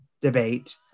debate